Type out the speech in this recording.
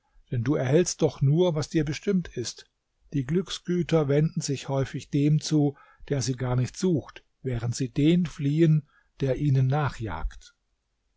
denn du erhältst doch nur was dir bestimmt ist die glücksgüter wenden sich häufig dem zu der sie gar nicht sucht während sie den fliehen der ihnen